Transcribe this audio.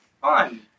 fun